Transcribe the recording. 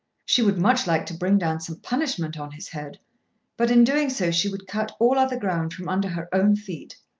she would much like to bring down some punishment on his head but in doing so she would cut all other ground from under her own feet.